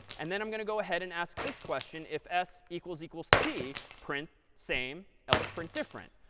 and then i'm going to go ahead and ask this question, if s equals equals t, print same, else, print different.